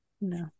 No